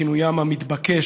ובכינויים המתבקש,